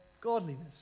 godliness